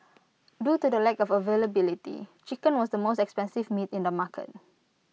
due to the lack of availability chicken was the most expensive meat in the market